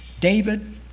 David